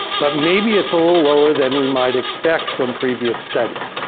but maybe it's a little lower than we might expect from previous studies.